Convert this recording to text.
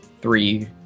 three